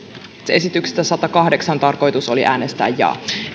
esityksestä satakahdeksan tarkoitus oli äänestää jaa